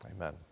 Amen